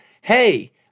Hey